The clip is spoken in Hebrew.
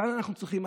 כאן אנחנו צריכים,